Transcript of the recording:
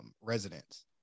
residents